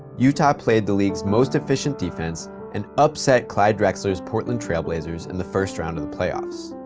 utah played the league's most efficient defense and upset clyde drexler's portland trailblazers in the first round of the playoffs.